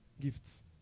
gifts